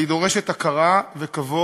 אבל היא דורשת הכרה וכבוד,